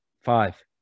Five